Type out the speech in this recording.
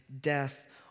death